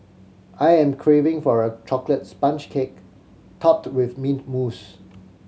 I am craving for a chocolate sponge cake topped with mint mousse